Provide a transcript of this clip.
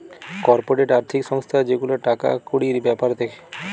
corporate আর্থিক সংস্থা যে গুলা টাকা কড়ির বেপার দ্যাখে